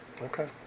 Okay